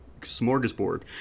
smorgasbord